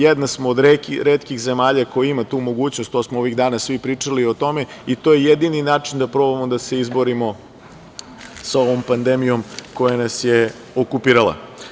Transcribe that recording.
Jedna smo od retkih zemalja koja ima tu mogućnost, ovih dana smo svi pričali o tome, i to je jedini način da probamo da se izborimo sa ovom pandemijom koja nas je okupirala.